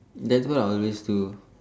that's what I always do